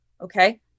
Okay